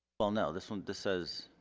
well no this one this says